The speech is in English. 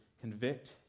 convict